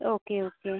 okay okay